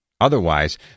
Otherwise